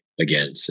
again